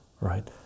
right